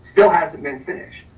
still hasn't been finished,